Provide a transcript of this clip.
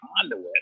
conduit